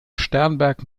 sternberg